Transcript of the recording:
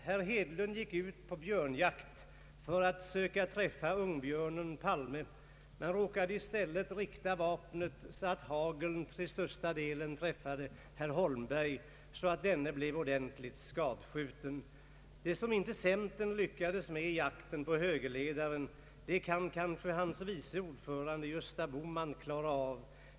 Herr Hedlund gick ut på björnjakt för att söka träffa ungbjörnen Palme men råkade i stället rikta vapnet så att haglen till största delen träffade herr Holmberg, så att denne blev ordentligt skadskjuten. Det som inte centern lyckades med i jakten på högerledaren kan kanske hans vice ordförande Gösta Bohman klara av.